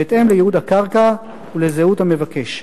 בהתאם לייעוד הקרקע ולזהות המבקש.